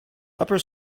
upper